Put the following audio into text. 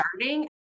starting